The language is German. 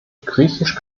griechisch